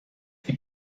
die